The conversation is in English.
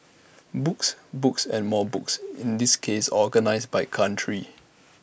books books and more books in this case organised by country